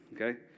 okay